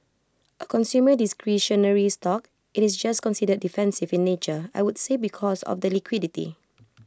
A consumer discretionary stock IT is just considered defensive in nature I would say because of the liquidity